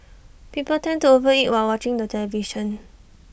people tend to over eat while watching the television